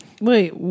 Wait